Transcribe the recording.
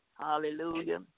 Hallelujah